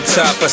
top